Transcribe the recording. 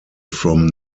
from